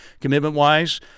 commitment-wise